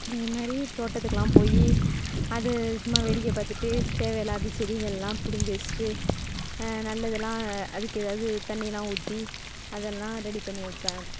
அதே மாதிரி தோட்டத்துக்கெலாம் போய் அது சும்மா வேடிக்கை பார்த்துட்டு தேவையில்லாத செடிகளெலாம் பிடிங்கி வச்சுட்டு நல்லதெலாம் அதுக்கு ஏதாவது தண்ணியெலாம் ஊற்றி அதெல்லாம் ரெடி பண்ணி வைப்பேன்